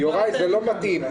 יוראי, זה לא מתאים.